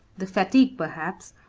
the fatigue, perhaps,